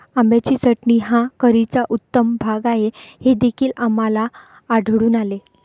आंब्याची चटणी हा करीचा उत्तम भाग आहे हे देखील आम्हाला आढळून आले